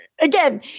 again